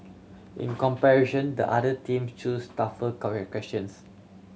in comparison the other team chose tougher questions